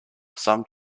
some